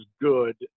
good